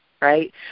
right